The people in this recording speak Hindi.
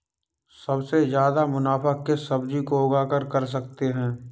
सबसे ज्यादा मुनाफा किस सब्जी को उगाकर कर सकते हैं?